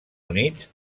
units